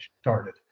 started